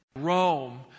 Rome